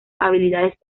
habilidades